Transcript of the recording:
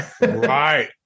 right